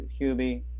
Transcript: Hubie